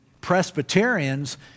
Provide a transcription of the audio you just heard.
Presbyterians